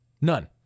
None